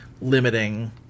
limiting